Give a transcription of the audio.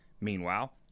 Meanwhile